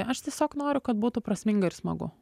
aš tiesiog noriu kad būtų prasminga ir smagu